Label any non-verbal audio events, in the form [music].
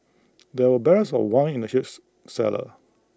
there were barrels of wine in the [unintelligible] cellar